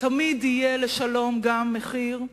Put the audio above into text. תמיד יהיה לשלום גם מחיר,